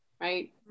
right